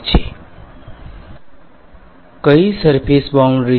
વિદ્યાર્થી સર કઈ surface boundary છે